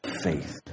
faith